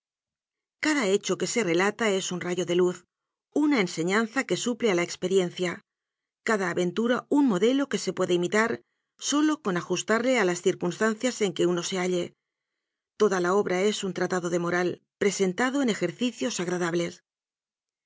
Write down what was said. cada hecho que se re lata es un rayo de luz una enseñanza que suple a la experiencia cada aventura un modelo que se puede imitar sólo con ajustarle a las circunstan cias en que uno se halle toda la obra es un trata do de moral presentado en ejercicios agradables